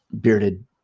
Bearded